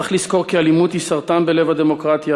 צריך לזכור כי אלימות היא סרטן בלב הדמוקרטיה,